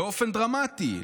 באופן דרמטי.